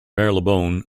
marylebone